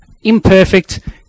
Imperfect